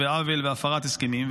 עוול והפרת הסכמים,